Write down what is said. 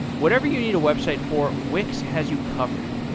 whatever you need a website for, wix has you covered.